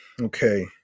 okay